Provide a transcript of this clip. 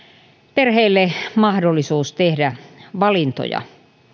perheille mahdollisuus tehdä valintoja